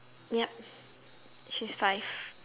yup she's five